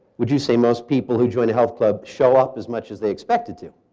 would you say most people who join a health club show up as much as they expected to?